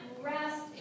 rest